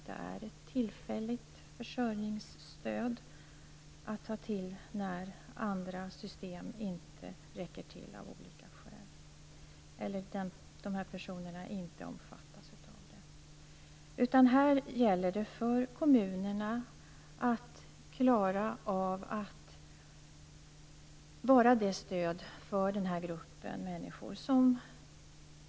Det är ett tillfälligt försörjningsstöd att ta till när andra system av olika skäl inte räcker till eller när det är fråga om personer som inte omfattas av dessa system. Här gäller det för kommunerna att klara av att vara det stöd som behövs för denna grupp människor.